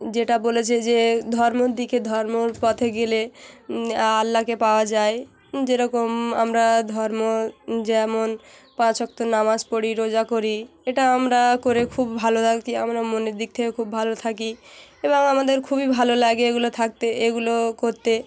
যেটা বলেছে যে ধর্মর দিকে ধর্মর পথে গেলে আল্লাকে পাওয়া যায় যেরকম আমরা ধর্ম যেমন পাঁচ অক্ত নামাজ পড়ি রোজা করি এটা আমরা করে খুব ভালো থাকি আমরা মনের দিক থেকে খুব ভালো থাকি এবং আমাদের খুবই ভালো লাগে এগুলো থাকতে এগুলো করতে